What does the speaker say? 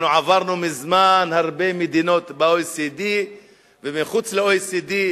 אנחנו עברנו מזמן הרבה מדינות ב-OECD ומחוץ ל-OECD